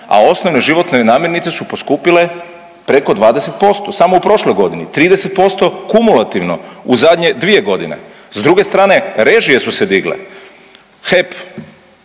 a osnovne životne namirnice su poskupile preko 20% samo u prošloj godini. 30% kumulativno u zadnje dvije godine. S druge strane režije su se digle. HEP,